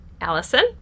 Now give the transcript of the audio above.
Allison